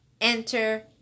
enter